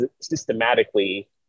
systematically